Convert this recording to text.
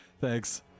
Thanks